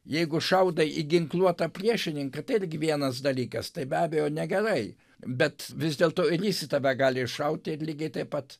jeigu šaudai į ginkluotą priešininką tai irgi vienas dalykas tai be abejo negerai bet vis dėl to ir jis į tave gali iššauti ir lygiai taip pat